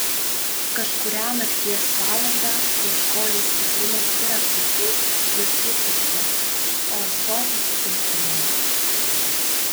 kažkurią nakties valandą ieškojau stiklinės ir aptikau jog ji tuščia o ąsotis puspilnis